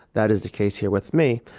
that is the case here with me.